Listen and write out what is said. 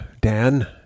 Dan